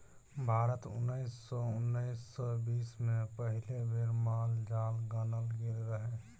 भारत मे उन्नैस सय उन्नैस आ बीस मे पहिल बेर माल जाल गानल गेल रहय